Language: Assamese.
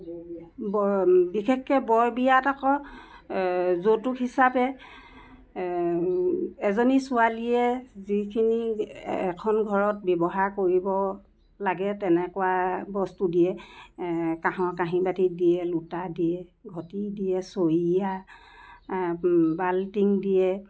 ব বিশেষকৈ বৰ বিয়াত আকৌ যৌতুক হিচাপে এজনী ছোৱালীয়ে যিখিনি এখন ঘৰত ব্যৱহাৰ কৰিব লাগে তেনেকুৱা বস্তু দিয়ে কাঁহৰ কাঁহি বাতি দিয়ে লোটা দিয়ে ঘটি দিয়ে চৰিয়া বাল্টিং দিয়ে